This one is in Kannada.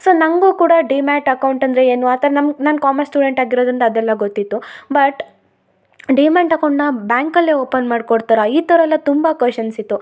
ಸೊ ನನಗೂ ಕೂಡ ಡಿಮ್ಯಾಟ್ ಅಕೌಂಟ್ ಅಂದರೆ ಏನು ಆ ಥರ ನಮ್ಗ ನಾನು ಕಾಮರ್ಸ್ ಸ್ಟೂಡೆಂಟ್ ಆಗಿರೋದರಿಂದ ಅದೆಲ್ಲ ಗೊತ್ತಿತ್ತು ಬಟ್ ಡಿಮ್ಯಾಟ್ ಅಕೌಂಟ್ನ ಬ್ಯಾಂಕಲ್ಲೆ ಓಪನ್ ಮಾಡ್ಕೊಡ್ತರ ಈ ಥರ ಎಲ್ಲ ತುಂಬಾ ಕ್ವೆಷನ್ಸ್ ಇತ್ತು